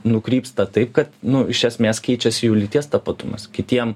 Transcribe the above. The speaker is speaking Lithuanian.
nukrypsta taip kad nu iš esmės keičiasi jų lyties tapatumas kitiem